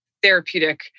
Therapeutic